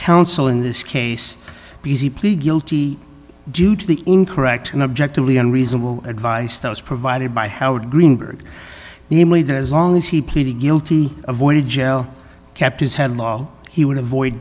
counsel in this case because he plead guilty due to the incorrect and objectively unreasonable advice that was provided by howard greenberg namely that as long as he pleaded guilty avoided jail kept his head law he would avoid